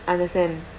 understand